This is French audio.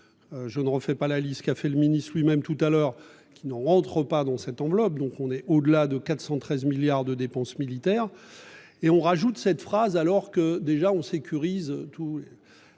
Je ne refait pas la liste qui a fait le ministre lui-même tout à l'heure, qui ne rentre pas dans cette enveloppe, donc on est au-delà de 413 milliards de dépenses militaires et on rajoute cette phrase alors que déjà on sécurise tout.